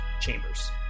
chambers